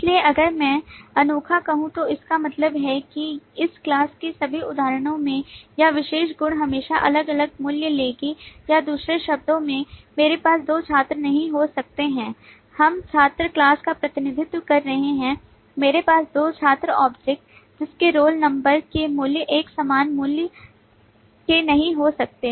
इसलिए अगर मैं अनोखा कहूं तो इसका मतलब है कि इस class के सभी उदाहरणों में यह विशेष गुण हमेशा अलग अलग मूल्य लेगी या दूसरे शब्दों में मेरे पास दो छात्र नहीं हो सकते हैं हम छात्र class का प्रतिनिधित्व कर रहे हैं मेरे पास दो छात्र object जिसके रोल नो के मूल्य एक समान मुल्य के नही हो सकते